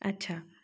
अच्छा